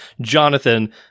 jonathan